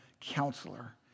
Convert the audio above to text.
counselor